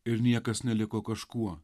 ir niekas neliko kažkuo